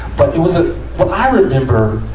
but it was a what i remember,